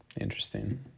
interesting